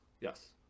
Yes